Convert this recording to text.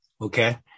Okay